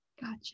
Gotcha